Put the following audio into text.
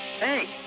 Hey